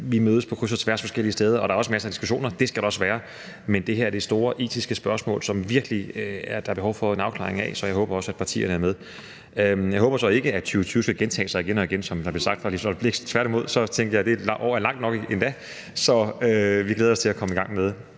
vi mødes på kryds og tværs forskellige steder. Der er også masser af diskussioner, og det skal der også være, men det her er store etiske spørgsmål, som der virkelig er behov for en afklaring af, så jeg håber også, at partierne er med. Jeg håber så ikke, at 2020 skal gentage sig igen og igen, som der blev sagt fra Liselott Blixts side. Tværtimod tænker jeg, at det år er langt nok endda, så vi glæder os til at komme i gang med